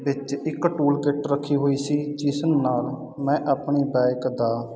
ਵਿੱਚ ਇੱਕ tool kit ਰੱਖੀ ਹੋਈ ਸੀ ਜਿਸ ਨਾਲ ਮੈਂ ਆਪਣੀ ਬਾਇਕ ਦਾ